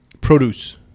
produce